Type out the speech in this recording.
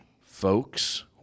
Folks